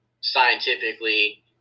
scientifically